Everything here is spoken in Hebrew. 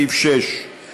התשע"ד 2014,